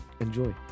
Enjoy